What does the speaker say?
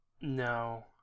No